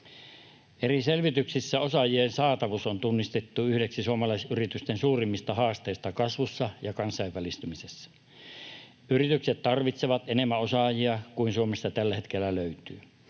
Eri selvityksissä osaajien saatavuus on tunnistettu yhdeksi suomalaisyritysten suurimmista haasteista kasvussa ja kansainvälistymisessä. Yritykset tarvitsevat enemmän osaajia kuin Suomesta tällä hetkellä löytyy.